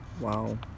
Wow